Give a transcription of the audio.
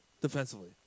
defensively